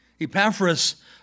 Epaphras